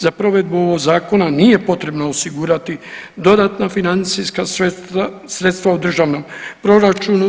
Za provedbu ovog zakona nije potrebno osigurati dodatna financijska sredstva u državnom proračunu.